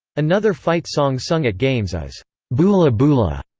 another fight song sung at games is boola boola.